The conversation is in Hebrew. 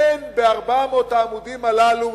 אין ב-400 העמודים הללו,